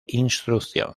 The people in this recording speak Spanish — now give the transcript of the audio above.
instrucción